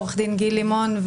עו"ד גיל לימון,